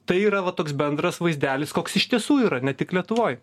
tai yra va toks bendras vaizdelis koks iš tiesų yra ne tik lietuvoj